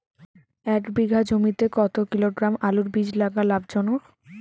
এক বিঘা জমিতে কতো কিলোগ্রাম আলুর বীজ লাগা লাভজনক?